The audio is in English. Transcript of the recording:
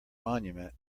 monument